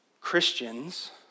Christians